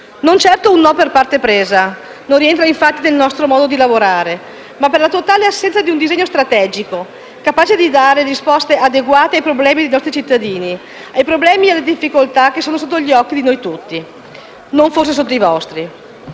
Non certo un no per parte presa, non rientra infatti nel nostro modo di lavorare, ma per la totale assenza di un disegno strategico capace di dare risposte adeguate ai problemi dei nostri cittadini, ai problemi e alle difficoltà che sono sotto gli occhi di noi tutti, forse non sotto i vostri.